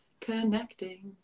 Connecting